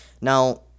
Now